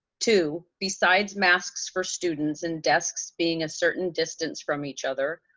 two, besides masks for students and desks being a certain distance from each other,